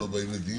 הבנתי.